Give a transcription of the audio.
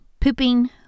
pooping